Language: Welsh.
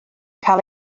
cael